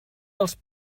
dels